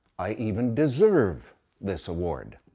i even deserve this award,